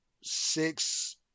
six